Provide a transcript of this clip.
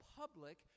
public